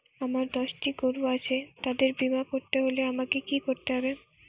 আমার দশটি গরু আছে তাদের বীমা করতে হলে আমাকে কি করতে হবে?